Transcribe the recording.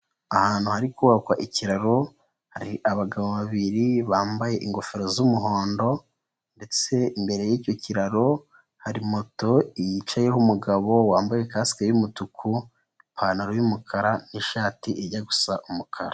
Ahantu hari kubakwa ikiraro, hari abagabo babiri bambaye ingofero z'umuhondo ndetse imbere y'icyo kiraro, hari moto yicayeho umugabo, wambaye kasike y'umutuku, ipantaro y'umukara n'ishati ijya gusa umukara.